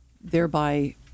thereby